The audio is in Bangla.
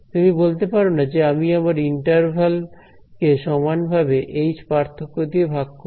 তুমি বলতে পারো না যে আমি আমার ইন্টারভাল কে সমানভাবে এইচ পার্থক্য নিয়ে ভাগ করব